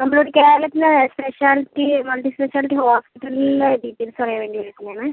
നമ്മളിവിടെ കേരളത്തിലെ speciality multi speciality ഹോസ്പിറ്റലിലെ ഡീറ്റെയിൽസ് അറിയാൻ വേണ്ടി വിളിക്കുന്നതാണ്